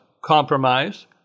compromise